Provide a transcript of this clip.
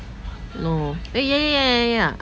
no eh ya ya ya ya ya